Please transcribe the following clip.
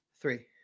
three